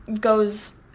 goes